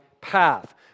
path